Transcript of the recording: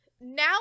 Now